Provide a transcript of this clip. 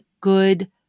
good